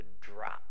drop